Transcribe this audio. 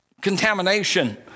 contamination